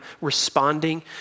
responding